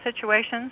situations